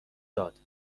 داد